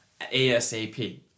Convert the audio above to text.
ASAP